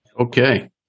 Okay